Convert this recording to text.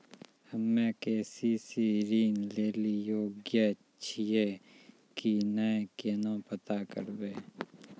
हम्मे के.सी.सी ऋण लेली योग्य छियै की नैय केना पता करबै?